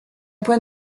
point